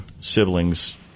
siblings